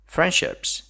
Friendships